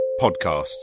podcasts